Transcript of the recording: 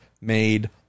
made